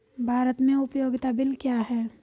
भारत में उपयोगिता बिल क्या हैं?